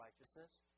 righteousness